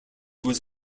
was